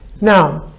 Now